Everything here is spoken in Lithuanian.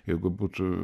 jeigu būtų